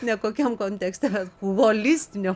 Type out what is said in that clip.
ne kokiam kontekste holistiniu